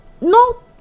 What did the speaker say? no